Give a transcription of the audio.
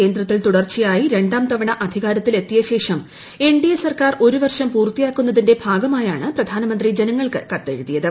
കേന്ദ്രത്തിൽ തുടർച്ചയായി രണ്ടാം തവണ അധികാരത്തിൽ എത്തിയശേഷം എൻ ഡിക്ക് സർക്കാർ ഒരു വർഷം പൂർത്തിയാക്കുന്നതിന്റെ ഭൂഗ്മായാണ് പ്രധാനമന്ത്രി ജനങ്ങൾക്ക് കത്തെഴുതിയത്